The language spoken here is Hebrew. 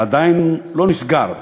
זה עדיין לא נסגר,